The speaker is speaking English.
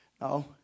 No